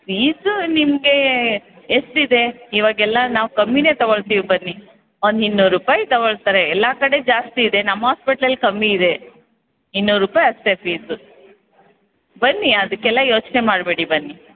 fees ನಿಮಗೆ ಎಷ್ಟಿದೆ ಇವಾಗೆಲ್ಲ ನಾವು ಕಮ್ಮಿಯೇ ತಗೋಳ್ತೀವಿ ಬನ್ನಿ ಒಂದು ಇನ್ನೂರು ರೂಪಾಯ್ ತಗೋಳ್ತಾರೆ ಎಲ್ಲ ಕಡೆ ಜಾಸ್ತಿ ಇದೆ ನಮ್ಮ ಹಾಸ್ಪಿಟ್ಲಲ್ಲಿ ಕಮ್ಮಿ ಇದೆ ಇನ್ನೂರು ರೂಪಾಯ್ ಅಷ್ಟೇ ಫೀಸು ಬನ್ನಿ ಅದಕ್ಕೆಲ್ಲ ಯೋಚನೆ ಮಾಡಬೇಡಿ ಬನ್ನಿ